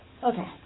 Okay